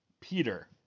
Peter